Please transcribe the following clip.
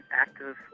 active